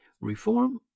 reform